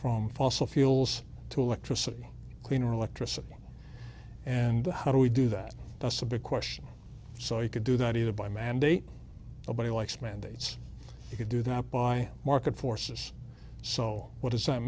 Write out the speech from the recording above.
from fossil fuels to electricity cleaner electricity and the how do we do that that's a big question so you could do that either by mandate nobody likes mandates you could do that by market forces so what does